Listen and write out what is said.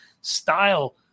style